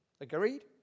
Agreed